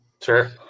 Sure